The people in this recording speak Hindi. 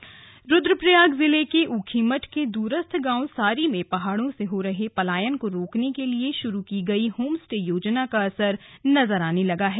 होम स्टे रुद्रप्रयाग जिले के उखीमठ के दूरस्थ गांव सारी में पहाड़ों से हो रहे पलायन को रोकने के लिए शुरू की गई होम स्टे योजना का असर नजर आने लगा है